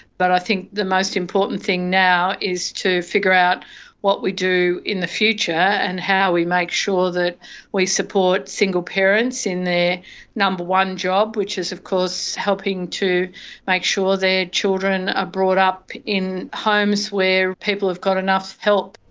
but i think the most important thing now is to figure out what we do in the future, and how we make sure that we support single parents in their number one job, which is of course helping to make sure their children are brought up in homes where people have got enough help.